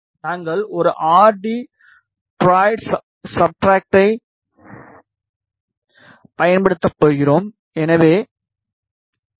நாங்கள் ஒரு RT duroid சப்ஸ்ட்ரட்டைப் பயன்படுத்தப் போகிறோம் எனவே 2